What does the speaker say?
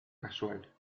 casual